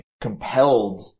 compelled